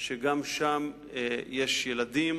שגם שם יש ילדים,